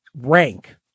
rank